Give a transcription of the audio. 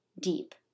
deep